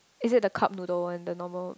it is the cup noodle one the normal